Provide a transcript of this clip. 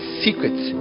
secrets